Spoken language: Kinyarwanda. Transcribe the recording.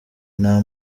nta